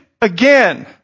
again